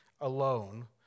alone